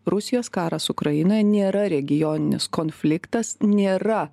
rusijos karas ukrainoje nėra regioninis konfliktas nėra